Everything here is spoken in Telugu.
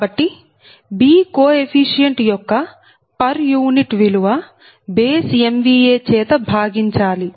కాబట్టి B కోఎఫీషియెంట్ యొక్క పర్ యూనిట్ విలువ బేస్ MVA చేత భాగించాలి